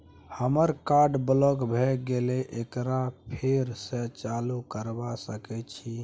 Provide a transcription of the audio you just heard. हमर card block भ गेले एकरा फेर स चालू करबा सके छि?